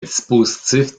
dispositif